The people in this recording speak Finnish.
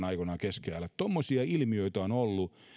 aikoinaan keskiajalla olleita noitavainoja mietitään tuommoisia ilmiöitä on ollut